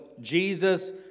Jesus